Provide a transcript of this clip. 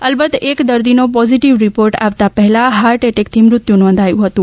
અલબત એક દર્દીનો પોઝિટિવ રિપોર્ટ આવતા પહેલા હાર્ટ એટેકથી મૃત્યુ નોંધાયું હતું